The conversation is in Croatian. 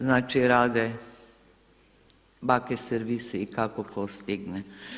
Znači, rade bake servisi i kako tko stigne.